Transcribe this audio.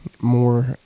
More